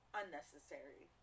unnecessary